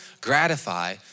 gratify